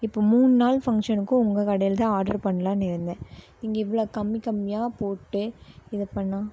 இப்போ மூணு நாள் ஃபங்க்ஷனுக்கும் உங்கள் கடையில் தான் ஆர்ட்ரு பண்ணலான் இருந்தேன் இங்கே இவ்வளோ கம்மி கம்மியாக போட்டு இதை பண்ணால்